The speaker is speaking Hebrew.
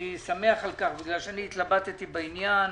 אני שמח על כך בגלל שאני התלבטתי בעניין.